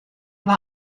war